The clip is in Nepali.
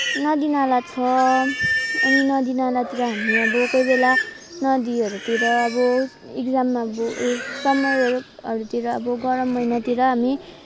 नदीनाला छ अनि नदीनालातिर हामीहरू अब कोही बेला नदीहरूतिर अब इक्जाम अब ए समरहरूतिर अब गरम महिनातिर हामी